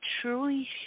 truly